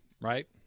right